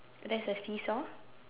there's a seesaw